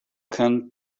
can